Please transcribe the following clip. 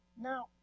Now